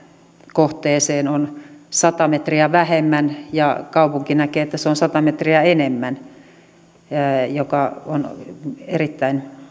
kohteeseen on sata metriä vähemmän ja kaupunki näkee että se on sata metriä enemmän mikä on erittäin